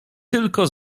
tylko